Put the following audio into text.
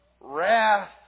Wrath